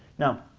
now